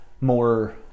More